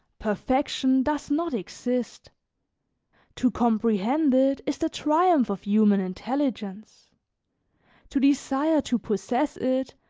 perfection does not exist to comprehend it is the triumph of human intelligence to desire to possess it,